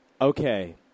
okay